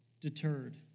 deterred